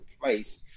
place